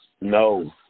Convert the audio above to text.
No